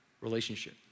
relationship